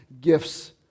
gifts